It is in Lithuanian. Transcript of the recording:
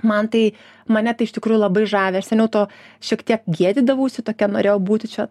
man tai mane tai iš tikrųjų labai žavi aš seniau to šiek tiek gėdydavausi tokia norėjau būti čia